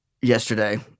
yesterday